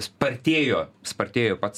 spartėjo spartėjo pats